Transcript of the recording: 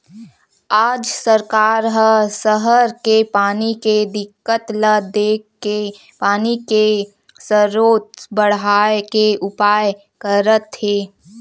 आज सरकार ह सहर के पानी के दिक्कत ल देखके पानी के सरोत बड़हाए के उपाय करत हे